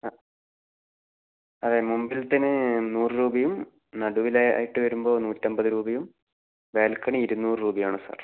ആ ആ മുമ്പിലത്തേന് നൂറു രൂപയും നടുവിലെ ആയിട്ടു വരുമ്പോൾ നൂറ്റമ്പത് രൂപയും ബാൽക്കണി ഇരുന്നൂറു രൂപയുമാണ് സർ